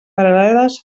paral·leles